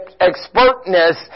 expertness